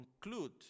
conclude